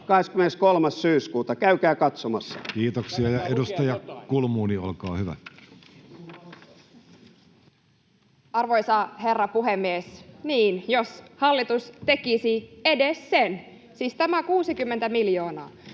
Kannattaa lukea jotain!] Kiitoksia. — Edustaja Kulmuni, olkaa hyvä. Arvoisa herra puhemies! Niin, jos hallitus tekisi edes sen. Siis tämä 60 miljoonaa,